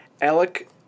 Alec